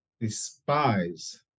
despise